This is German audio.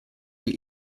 die